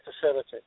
facility